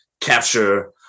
Capture